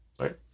right